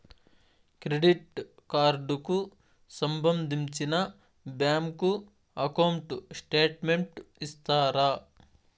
Credit card కు సంబంధించిన bank account statement ఇస్తారా?